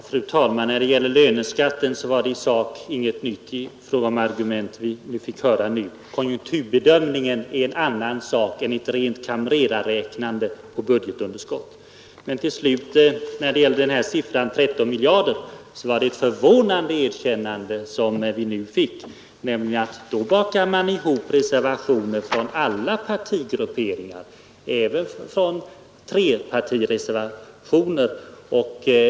Fru talman! I fråga om löneskatten fick vi i sak inte höra några nya argument nu. Konjunkturbedömningen och vad den leder fram till är, som herr Jansson borde begripa, en annan sak än ett rent kamrerarräknande på budgetunderskott. När det gäller siffran 13 miljarder var det ett förvånande erkännande vi nu fick. Man förstår vilka groteska beräkningar som tydligen görs, när ni bakar ihop reservationer från alla partigrupperingar — alltså både 3-partireservationerna och kommunistyrkanden.